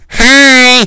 hi